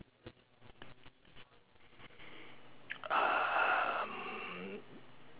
um